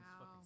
Wow